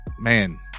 man